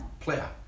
player